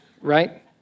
right